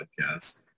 podcast